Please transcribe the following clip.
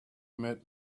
met